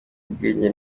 ubwenge